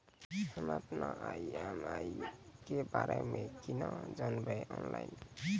हम्मे अपन ई.एम.आई के बारे मे कूना जानबै, ऑनलाइन?